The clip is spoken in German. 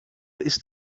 ist